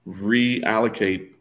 reallocate